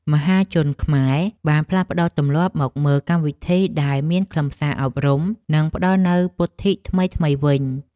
មហាជនខ្មែរបានផ្លាស់ប្តូរទម្លាប់មកមើលកម្មវិធីដែលមានខ្លឹមសារអប់រំ និងផ្តល់នូវពុទ្ធិថ្មីៗវិញ។